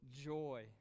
joy